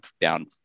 down